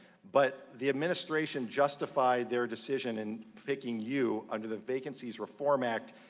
but the administration justified their decision in picking you under the vacancies reform act.